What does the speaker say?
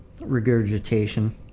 regurgitation